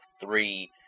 three